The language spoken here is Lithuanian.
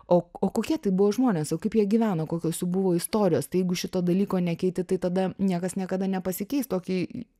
o o kokie tai buvo žmonės o kaip jie gyveno kokios jų buvo istorijos tai jeigu šito dalyko nekeiti tai tada niekas niekada nepasikeis tokį